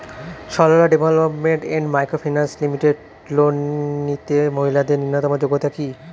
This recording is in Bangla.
Sarala development and micro finance limited loan নিতে মহিলাদের ন্যূনতম যোগ্যতা কী?